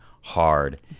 hard